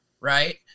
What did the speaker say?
right